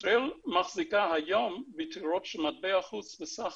ישראל מחזיקה היום ביתרות של מטבע חוץ בסך